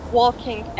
walking